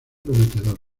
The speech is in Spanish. prometedor